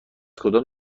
کدام